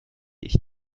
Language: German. ich